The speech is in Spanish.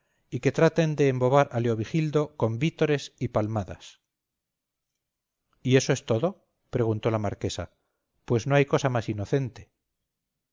y que traten de embobar a leovigildo con vítores y palmadas y eso es todo preguntó la marquesa pues no hay cosa más inocente